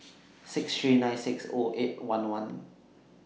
six three nine six O eight one one